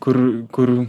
kur kur